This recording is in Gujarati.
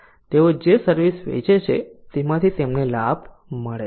તેઓ જે સર્વિસ વેચે છે તેમાંથી તેમને લાભ મળે છે